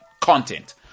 content